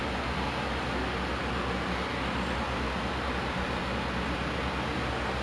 artwork ah it was it was like mostly about my hair lah about my pink hair I don't like I didn't like it